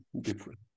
different